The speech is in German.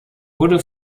wurde